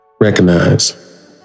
recognize